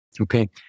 Okay